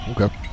okay